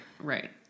Right